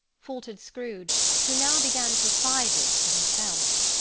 faltered scrooge, who now began to apply this to himself.